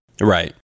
Right